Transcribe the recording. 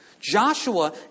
Joshua